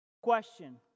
Question